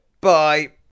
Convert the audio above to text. Bye